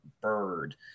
Bird